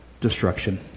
destruction